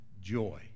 joy